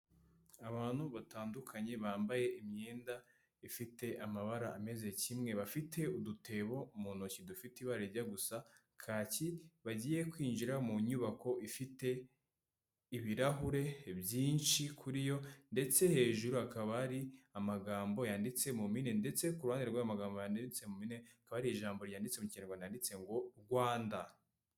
Abantu batandukanye bambaye imyenda ifite amabara ameze kimwe, bafite udutebo mu ntoki dufite ibara rijya gusa kaki, bagiye kwinjira mu nyubako ifite ibirahure byinshi kuri yo, ndetse hejuru hakaba hari amagambo yanditse mu mpine, ndetse ku ruhande rw'ayo magambo yanditse mu mpine hakaba hari ijambo ryanditse mu Kinyarwanda handitse ngo "Rwanda".